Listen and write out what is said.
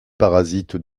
parasites